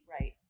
Right